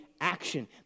action